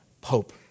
pope